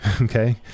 okay